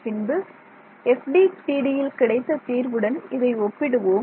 பின்பு FDTD யில் கிடைத்த தீர்வுடன் இதை ஒப்பிடுவோம்